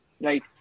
right